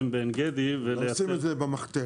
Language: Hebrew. בעין גדי ולייצר --- לא עושים את זה במחתרת.